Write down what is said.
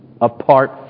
apart